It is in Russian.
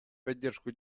поддержку